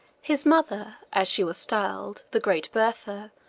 his mother, as she was styled, the great bertha,